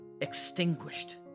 extinguished